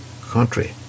country